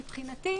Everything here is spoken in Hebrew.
מבחינתי,